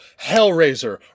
Hellraiser